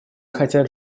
хотят